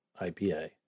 IPA